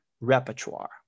repertoire